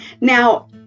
Now